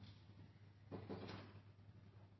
mot